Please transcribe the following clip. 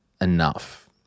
enough